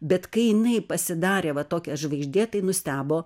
bet kai jinai pasidarė va tokia žvaigždė tai nustebo